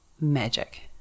magic